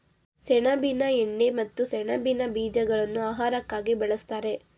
ಸೆಣಬಿನ ಎಣ್ಣೆ ಮತ್ತು ಸೆಣಬಿನ ಬೀಜಗಳನ್ನು ಆಹಾರಕ್ಕಾಗಿ ಬಳ್ಸತ್ತರೆ